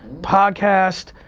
podcast,